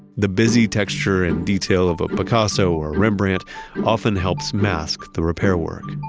the busy texture and detail of a picasso or a rembrandt often helps mask the repair work,